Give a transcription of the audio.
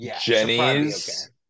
Jenny's